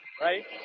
right